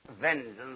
vengeance